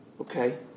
okay